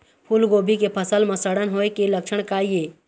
फूलगोभी के फसल म सड़न होय के लक्षण का ये?